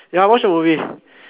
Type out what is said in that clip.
ya I watched the movie